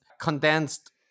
condensed